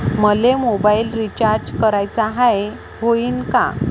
मले mobile recharge कराचा हाय, होईनं का?